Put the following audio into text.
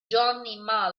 johnny